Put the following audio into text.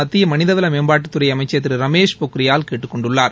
மத்திய மனிதவள மேம்பாட்டுத்துறை அமைச்சர் திரு ரமேஷ் பொக்ரியால் கேட்டுக் கொண்டுள்ளார்